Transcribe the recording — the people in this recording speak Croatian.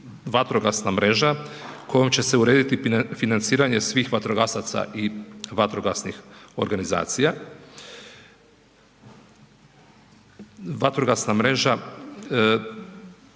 vatrogasna mreža kojom će se urediti financiranje svih vatrogasaca i vatrogasnih organizacija. Vatrogasna mreža